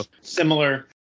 similar